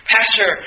Pastor